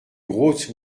grosses